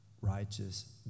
righteous